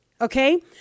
Okay